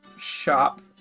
shop